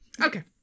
okay